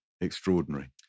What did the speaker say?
extraordinary